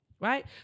right